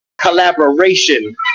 collaboration